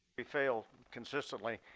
we fail consistently.